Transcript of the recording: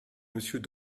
monsieur